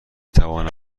توانم